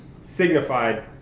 signified